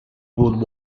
would